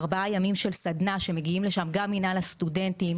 ארבעה ימים של סדנה שמגיעים לשם גם מינהל הסטודנטים,